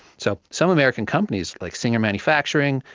so some american companies, like singer manufacturing,